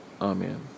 Amen